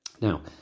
Now